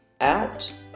out